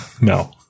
no